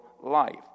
life